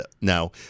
now